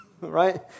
right